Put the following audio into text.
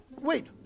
wait